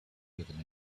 given